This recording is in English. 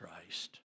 Christ